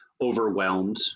Overwhelmed